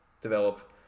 develop